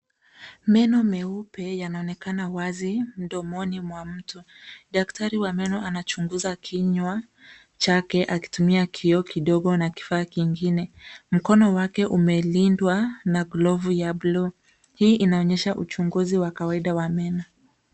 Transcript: Meno meupe yanaoneka wazi mdomoni mwa mtu. Daktari wa meno anachunguza kinywa chake akitumia kio kidogoo na kifaa kingine, mkono wake umelindwa na glovu ya blue. Hii inaonyesha uchunguzi wakwaida wa meno.